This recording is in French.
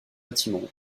bâtiment